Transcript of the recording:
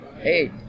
hey